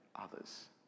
others